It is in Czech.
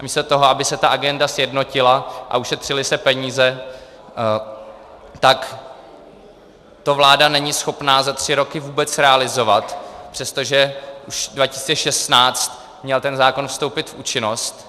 Místo toho, aby se ta agenda sjednotila a ušetřily se peníze, tak to vláda není schopná za tři roky vůbec realizovat, přestože už v roce 2016 měl ten zákon vstoupit v účinnost.